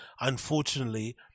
unfortunately